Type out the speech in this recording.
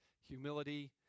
humility